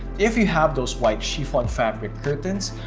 if you have those white chiffon fabric curtains,